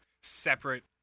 separate